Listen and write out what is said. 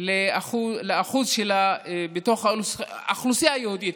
מעבר לאחוז שלהם אפילו באוכלוסייה היהודית.